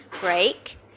Break